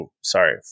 sorry